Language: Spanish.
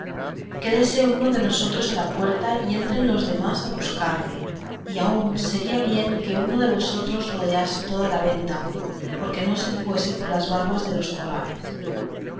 quédese uno de nosotros a la puerta y entren los demás a buscarle y aun sería bien que uno de nosotros rodease toda la venta porque no se fuese por las bardas de los corrales